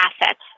assets